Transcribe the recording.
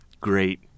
Great